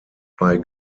bei